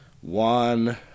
one